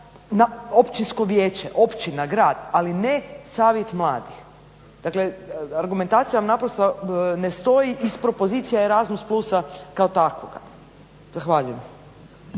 na općinsko vijeće, općina, grad ali ne savjet mladih. Dakle argumentacija vam naprosto ne stoji iz propozicija Erazmus plusa kao takvoga. Zahvaljujem.